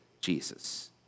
Jesus